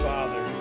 Father